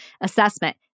assessment